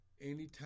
anytime